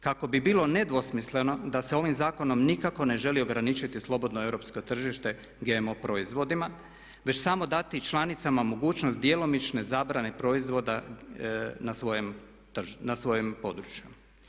Kako bi bilo nedvosmisleno da se ovim zakonom nikako ne želi ograničiti slobodno europsko tržište GMO proizvodima već samo dati članicama mogućnost djelomične zabrane proizvoda na svojem području.